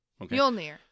Mjolnir